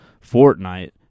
Fortnite